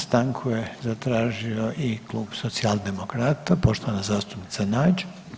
Stanku je zatražio i klub Socijaldemokrata, poštovana zastupnica Nađ.